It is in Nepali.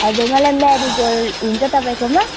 हजुर मलाई म्यारिगोल्ड हुन्छ तपाईँकोमा